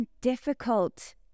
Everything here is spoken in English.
difficult